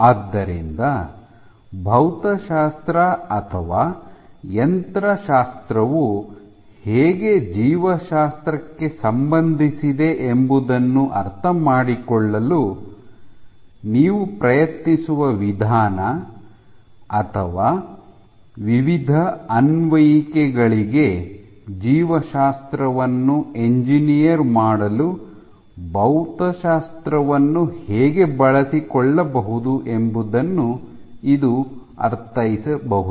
ಆದ್ದರಿಂದ ಭೌತಶಾಸ್ತ್ರ ಅಥವಾ ಯಂತ್ರಶಾಸ್ತ್ರವು ಹೇಗೆ ಜೀವಶಾಸ್ತ್ರಕ್ಕೆ ಸಂಬಂಧಿಸಿದೆ ಎಂಬುದನ್ನು ಅರ್ಥಮಾಡಿಕೊಳ್ಳಲು ನೀವು ಪ್ರಯತ್ನಿಸುವ ವಿಧಾನ ಅಥವಾ ವಿವಿಧ ಅನ್ವಯಿಕೆಗಳಿಗೆ ಜೀವಶಾಸ್ತ್ರವನ್ನು ಎಂಜಿನಿಯರ್ ಮಾಡಲು ಭೌತಶಾಸ್ತ್ರವನ್ನು ಹೇಗೆ ಬಳಸಿಕೊಳ್ಳಬಹುದು ಎಂಬುದನ್ನು ಇದು ಅರ್ಥೈಸಬಹುದು